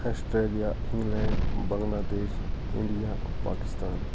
Australia England Bangladesh India Pakistan